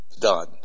done